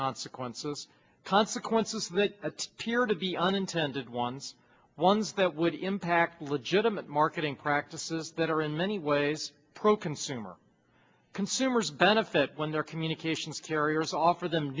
consequences consequences that a tiered of the unintended ones ones that would impact legitimate marketing practices that are in many ways pro consumer consumers benefit when their communications carriers offer them